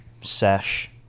sesh